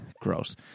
Gross